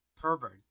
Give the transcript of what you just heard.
pervert